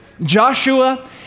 Joshua